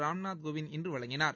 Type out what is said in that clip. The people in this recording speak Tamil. ராம்நாத் கோவிந்த் இன்று வழங்கினார்